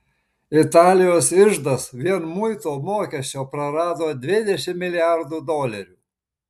italijos iždas vien muito mokesčio prarado dvidešimt milijardų dolerių